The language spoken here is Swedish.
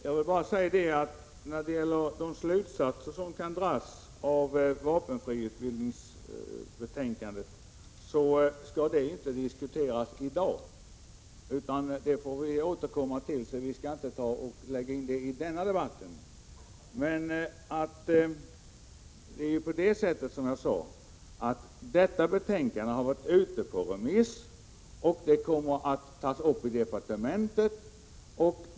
Herr talman! De slutsatser som kan dras av vapenfriutbildningens betänkande skall inte diskuteras i dag, utan dem får vi återkomma till. Men jag sade att detta betänkande har varit ute på remiss och kommer att tas upp i departementet.